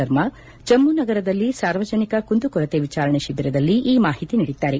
ಶರ್ಮಾ ಜಮ್ನು ನಗರದಲ್ಲಿ ಸಾರ್ವಜನಿಕ ಕುಂದುಕೊರತೆ ವಿಚಾರಣೆ ಶಿಬಿರದಲ್ಲಿ ಈ ಮಾಹಿತಿ ನೀಡಿದ್ದಾರೆ